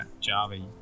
Java